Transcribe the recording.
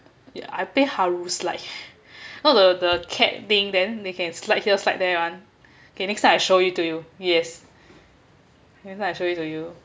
yeah I play haru slide like know the the cat being then they can slide here slide there [one] okay next time I show it to you yes next time I show it to you